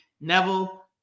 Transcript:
Neville